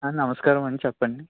నమస్కారం అండి చెప్పండి